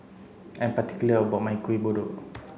I'm particular about my Kuih Kodok